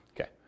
Okay